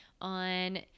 on